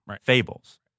fables